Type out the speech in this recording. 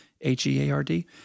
H-E-A-R-D